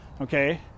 okay